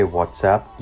WhatsApp